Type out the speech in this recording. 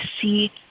see